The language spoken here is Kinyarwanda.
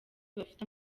bafite